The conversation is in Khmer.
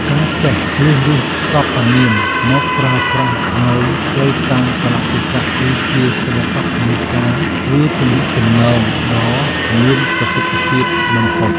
ការចេះជ្រើសរើសសព្វនាមមកប្រើប្រាស់ឱ្យត្រូវតាមកាលៈទេសៈគឺជាសិល្បៈនៃការធ្វើទំនាក់ទំនងដ៏មានប្រសិទ្ធភាពបំផុត។